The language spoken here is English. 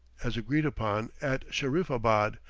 as agreed upon, at shahriffabad,